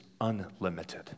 unlimited